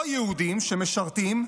לא יהודים שמשרתים,